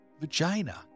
vagina